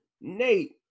Nate